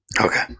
Okay